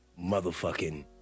motherfucking